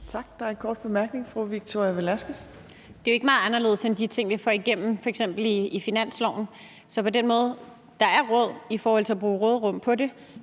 fru Victoria Velasquez. Kl. 15:56 Victoria Velasquez (EL): Det er jo ikke meget anderledes end de ting, vi får igennem f.eks. i finansloven. Så på den måde er der råd i forhold til at bruge råderum på det,